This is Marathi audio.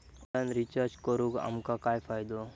ऑनलाइन रिचार्ज करून आमका काय फायदो?